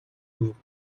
louvre